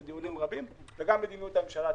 דיונים רבים וגם מדיניות הממשלה תישמע.